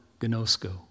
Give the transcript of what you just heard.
Gnosko